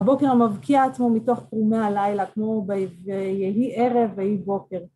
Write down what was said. ‫הבוקר מבקיע עצמו מתוך פרומי הלילה, ‫כמו ב... יהי ערב ויהי בוקר.